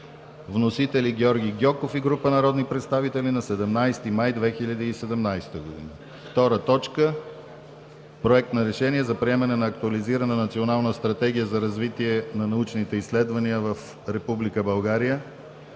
Вносители – Георги Гьоков и група народни представители, 17 май 2017 г.